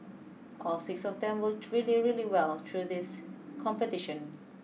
all six of them worked really really well through this competition